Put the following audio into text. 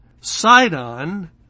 Sidon